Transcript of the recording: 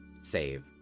save